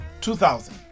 2000